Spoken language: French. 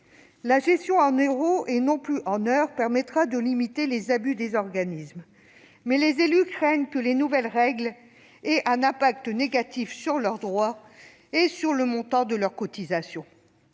La gestion en euros, et non plus en heures, permettra de limiter les abus des organismes. Mais les élus craignent que les nouvelles règles aient un impact négatif sur leurs droits et sur le montant de leur cotisation.